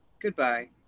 Goodbye